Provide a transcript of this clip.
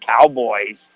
Cowboys